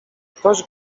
ktoś